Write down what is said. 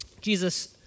Jesus